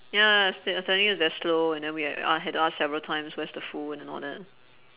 ya I was I was telling you it was very slow and then we had a~ had to ask several times where's the food and all that